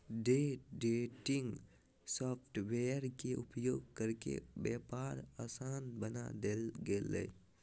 day trading software के उपयोग करके व्यापार आसान बना देल गेलय